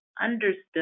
understood